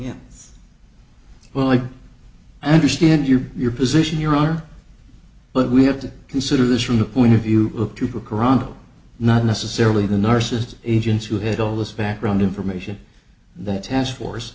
yeah well i understand your your position your honor but we have to consider this from the point of view of trooper kuranda not necessarily the nurses agents who had all this background information that task force